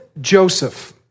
Joseph